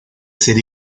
ser